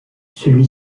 celui